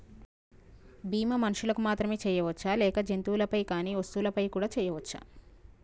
బీమా మనుషులకు మాత్రమే చెయ్యవచ్చా లేక జంతువులపై కానీ వస్తువులపై కూడా చేయ వచ్చా?